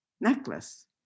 necklace